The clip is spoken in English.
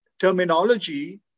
Terminology